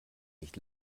nicht